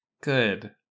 good